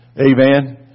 Amen